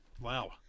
Wow